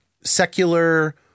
secular